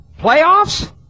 Playoffs